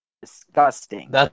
Disgusting